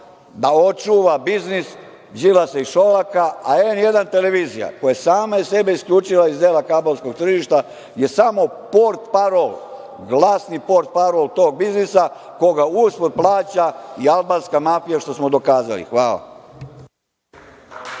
da očuva biznis Đilasa i Šolaka, a „N1“ televizija, koja je sama sebe isključila iz dela kablovskog tržišta je samo portparol, glasni portparol tog biznisa koga usput plaća albanska mafija što smo dokazali. Hvala.